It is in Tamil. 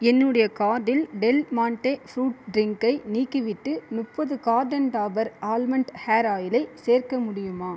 என்னுடைய கார்ட்டில் டெல்மாண்டே ஃப்ருட் ட்ரிங்கை நீக்கிவிட்டு முப்பது கார்ட்டன் டாபர் ஆல்மண்ட் ஹேர் ஆயிலை சேர்க்க முடியுமா